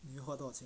你会花多少钱